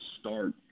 start